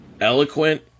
eloquent